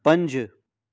पंज